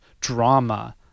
drama